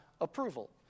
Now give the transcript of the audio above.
approval